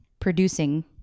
producing